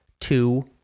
Two